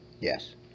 Yes